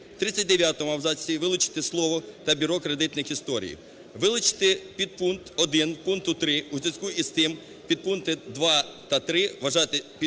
У 39 абзаці вилучити слово "та бюро кредитних історій". Вилучити підпункт 1 пункту 3 в зв'язку із тим, підпункти 2 та 3 вважати підпунктами